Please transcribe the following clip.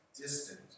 distant